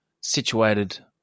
situated